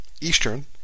Eastern